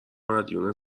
مدیون